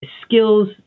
skills